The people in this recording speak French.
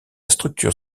structure